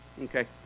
Okay